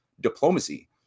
diplomacy